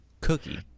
cookie